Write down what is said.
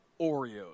Oreos